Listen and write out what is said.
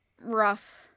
rough